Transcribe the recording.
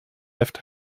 left